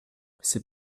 c’est